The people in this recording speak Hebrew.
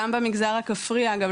גם במגזר הכפרי אגב,